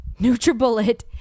Nutribullet